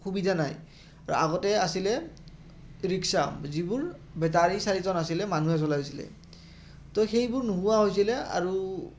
সুবিধা নাই আৰু আগতে আছিলে ৰিক্সা যিবোৰ বেটাৰী চাৰিজন আছিলে মানুহে চলাইছিলে তো সেইবোৰ নোহোৱা হৈছিলে আৰু